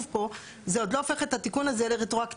פה זה עוד לא הופך את התיקון הזה לרטרואקטיבי.